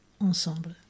ensemble